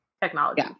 Technology